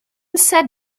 sat